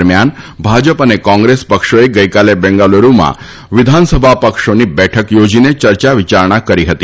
દરમ્યાન ભાજપ અને કોંગ્રેસ પક્ષોએ ગઈકાલે બેંગલુરૂમાં વિધાનસભા પક્ષોની બેઠક યોજીને ચર્યા વિયારણા કરી હતી